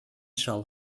shall